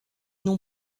non